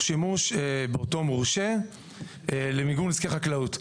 שימוש באותו מורשה למיגור נזקי חקלאות.